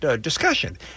discussion